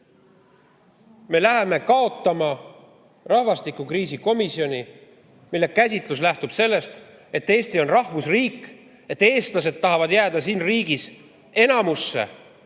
Me läheme kaotama rahvastikukriisi komisjoni, mille käsitlus lähtub sellest, et Eesti on rahvusriik, et eestlased tahavad jääda siin riigis enamusse